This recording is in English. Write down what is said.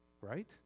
Right